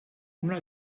una